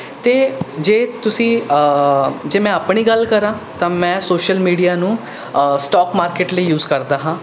ਅਤੇ ਜੇ ਤੁਸੀਂ ਜੇ ਮੈਂ ਆਪਣੀ ਗੱਲ ਕਰਾਂ ਤਾਂ ਮੈਂ ਸੋਸ਼ਲ ਮੀਡੀਆ ਨੂੰ ਸਟੋਕ ਮਾਰਕਿਟ ਲਈ ਯੂਜ਼ ਕਰਦਾ ਹਾਂ